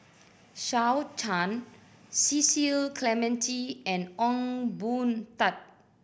Shao Chan Cecil Clementi and Ong Boon Tat